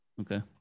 Okay